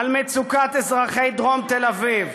על מצוקת אזרחי דרום תל אביב,